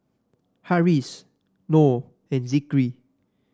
Harris Nor and Zikri